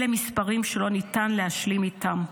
אלה מספרים שאי-אפשר להשלים איתם.